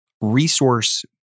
resource